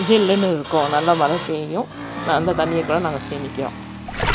ஜில்லுனு இருக்கும் நல்ல மழை பெய்யும் அந்த தண்ணியை கூட நாங்கள் சேமிக்கிறோம்